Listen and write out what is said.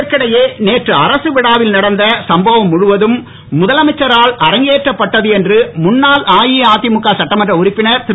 இதற்கிடையே நேற்று அரசு விழாவில் நடந்த சம்பவம் முழுவதும் முதலமைச்சரால் அரங்கேற்றப்பட்டது என்று முன்னாள் அஇஅஇஅதிமுக சட்டமன்ற உறுப்பினர் திரு